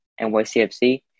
NYCFC